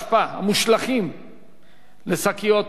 מושלכים לשקיות האשפה,